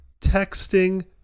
texting